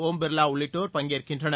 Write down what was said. ஒம் பிர்வா உள்ளிட்டோர் பங்கேற்கின்றனர்